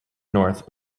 north